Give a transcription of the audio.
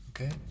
Okay